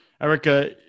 Erica